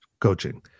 coaching